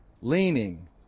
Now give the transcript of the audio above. leaning